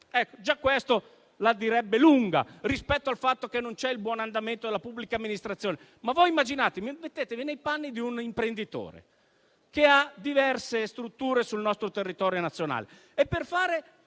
Già questo la direbbe lunga rispetto al fatto che non si persegue il buon andamento della pubblica amministrazione. Ma mettetevi nei panni di un imprenditore che ha diverse strutture sul nostro territorio nazionale e, per fare